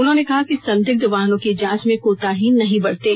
उन्होंने कहा कि संदिग्ध वाहनों की जाँच में कोताही नहीं बरतें